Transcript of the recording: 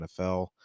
NFL